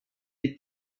les